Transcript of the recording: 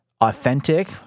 authentic